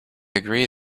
agree